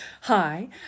Hi